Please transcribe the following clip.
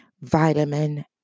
vitamin